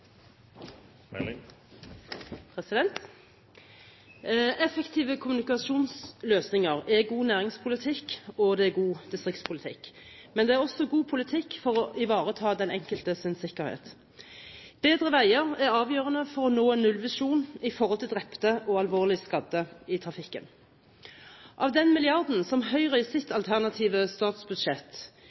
god næringspolitikk, og det er god distriktspolitikk, men det er også god politikk for å ivareta den enkeltes sikkerhet. Bedre veier er avgjørende for å nå en nullvisjon i forhold til drepte og alvorlig skadde i trafikken. Av den milliarden som Høyre i sitt alternative statsbudsjett